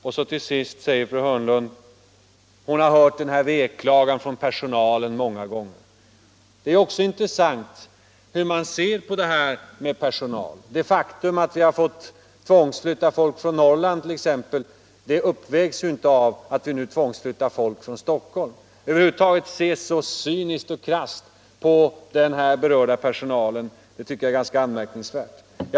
Till sist säger fru Hörnlund att hon många gånger har hört denna veklagan från personalen. Det är intressant att erfara hur man ser på personalen. Det faktum att vi har fått tvångsflytta folk från Norrland uppvägs inte av att vi nu tvångsflyttar folk från Stockholm. Att man över huvud taget kan se så cyniskt och krasst på den berörda personalen, tycker jag är anmärkningsvärt.